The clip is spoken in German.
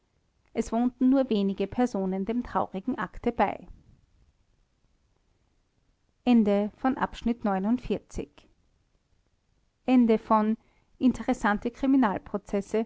es wohnten nur wenige personen dem traurigen akte bei